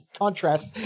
contrast